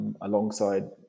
alongside